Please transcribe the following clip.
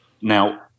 now